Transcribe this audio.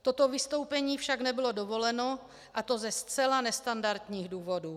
Toto vystoupení však nebylo dovoleno, a to ze zcela nestandardních důvodů.